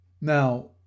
Now